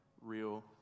real